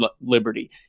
liberty